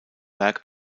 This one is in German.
werk